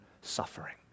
suffering